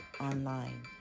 online